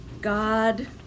God